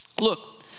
Look